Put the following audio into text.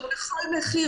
לא בכל מחיר.